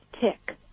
tick